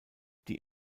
die